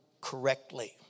Correctly